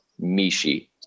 Mishi